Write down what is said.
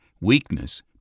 weakness